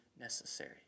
necessary